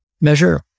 measure